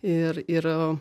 ir ir